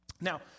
Now